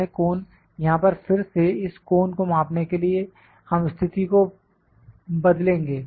यह कोन यहां पर फिर से इस कोन को मापने के लिए हम स्थिति को बदलेंगे